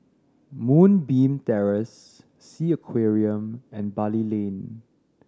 Moonbeam Terrace Sea Aquarium and Bali Lane